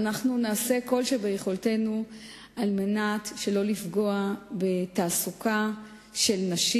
אנחנו נעשה כל שביכולתנו על מנת שלא לפגוע בתעסוקה של נשים.